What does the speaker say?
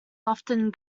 often